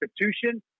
institution